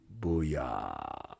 Booyah